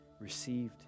received